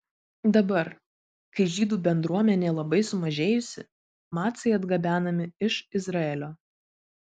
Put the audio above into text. dabar kai žydų bendruomenė labai sumažėjusi macai atgabenami iš izraelio